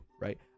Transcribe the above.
right